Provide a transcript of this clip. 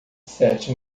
sete